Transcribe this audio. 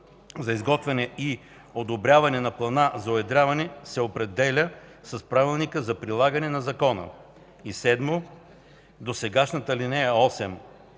за изготвяне и одобряване на плана за уедряване се определят с правилника за прилагане на закона.” 7. Досегашната ал. 8